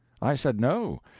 i said no,